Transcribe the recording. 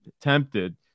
tempted